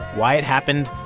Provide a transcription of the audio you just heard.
why it happened,